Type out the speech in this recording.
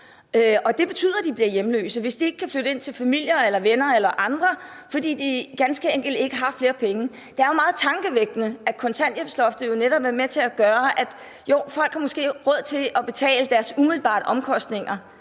Og det betyder, at de bliver hjemløse, hvis de ikke kan flytte ind hos familie, venner eller andre, for de har ganske enkelt ikke flere penge. Det er meget tankevækkende, at kontanthjælpsloftet netop er med til at gøre det. Jo, folk, har måske råd til at betale deres umiddelbare omkostninger,